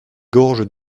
gorges